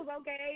okay